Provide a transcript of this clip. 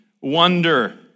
wonder